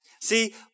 See